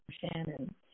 Shannon